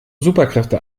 superkräfte